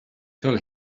till